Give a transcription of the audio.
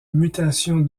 mutation